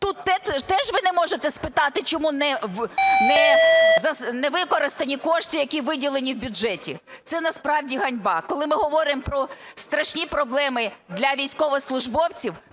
Тут теж ви не можете спитати, чому не використані кошти, які виділені в бюджеті? Це насправді ганьба, коли ми говоримо про страшні проблеми для військовослужбовців,